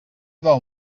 del